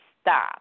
stop